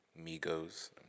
Migos